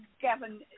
Gavin